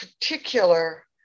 particular